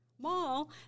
mall